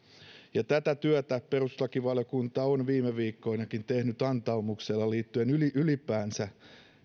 tätä työtä perustuslakivaliokunta on viime viikkoinakin tehnyt antaumuksella liittyen ylipäänsä